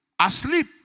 asleep